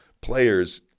players